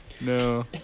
No